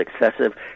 excessive